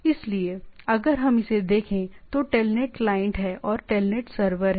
इसलिए अगर हम इसे देखें तो टेलनेट क्लाइंट है और टेलनेट सर्वर है